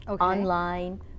online